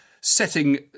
setting